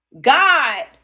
God